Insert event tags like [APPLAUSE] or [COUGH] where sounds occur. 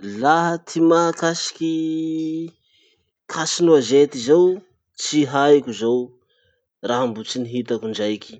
[NOISE] Laha ty mahakasiky casse-noisette zao, tsy haiko zao, raha mbo tsy nihitako indraiky.